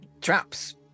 traps